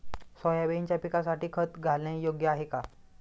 सोयाबीनच्या पिकासाठी खत घालणे योग्य आहे का?